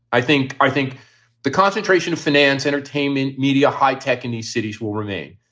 i think i think the concentration of finance, entertainment media, high tech in these cities will remain.